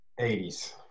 80s